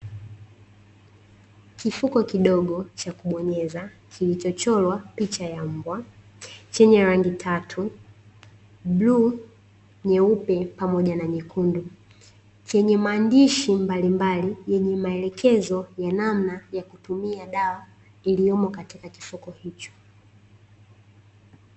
Kifuko kidogo cha kubonyeza kilicho chorwa picha ya mbwa chenye rangi tatu buluu, nyeupe, pamoja na nyekundu chenye maandishi mbalimbali yenye maelekezo ya namna ya kutumia dawa, iliyomo katika kifuko hicho.